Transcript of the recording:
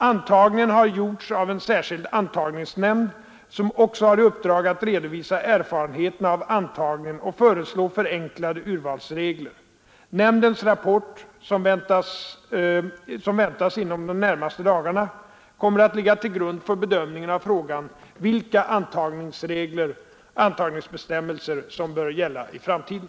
Antagningen har gjorts av en särskild antagningsnämnd som också har i uppdrag att redovisa erfarenheterna av antagningen och föreslå förenklade urvalsregler. Nämndens rapport, som väntas inom de närmaste dagarna, kommer att ligga till grund för bedömningen av frågan vilka antagningsbestämmelser som bör gälla i framtiden.